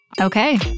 Okay